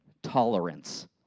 Tolerance